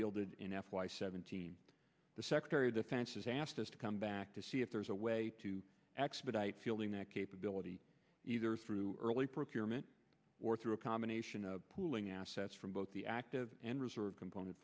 fielded in f y seventeen the secretary of defense has asked us to come back to see if there's a way to expedite fielding that capability either through early procurement or through a combination of pooling assets from both the active and reserve component